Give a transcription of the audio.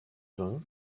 vins